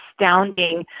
astounding